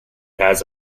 has